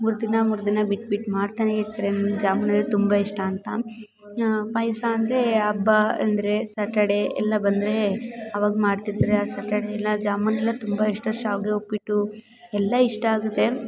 ಮೂರು ದಿನ ಮೂರು ದಿನ ಬಿಟ್ಟು ಬಿಟ್ಟು ಮಾಡ್ತಾನೆ ಇರ್ತಾರೆ ನಂಗೆ ಜಾಮೂನ್ ಅಂದರೆ ತುಂಬ ಇಷ್ಟ ಅಂತ ಪಾಯಸ ಅಂದರೆ ಹಬ್ಬ ಅಂದರೆ ಸಾಟರ್ಡೇ ಎಲ್ಲ ಬಂದರೆ ಆವಾಗ ಮಾಡ್ತಿರ್ತಾರೆ ಆ ಸಾಟರ್ಡೇಯೆಲ್ಲ ಜಾಮೂನ್ ಎಲ್ಲ ತುಂಬ ಇಷ್ಟ ಶಾವಿಗೆ ಉಪ್ಪಿಟ್ಟು ಎಲ್ಲ ಇಷ್ಟ ಆಗುತ್ತೆ